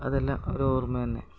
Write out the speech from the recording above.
അതെല്ലാം ഒരു ഓർമ്മ തന്നെ